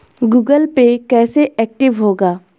Google Pay कैसे active होगा?